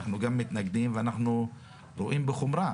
אנו גם מתנגדים ואנחנו רואים בחומרה.